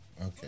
Okay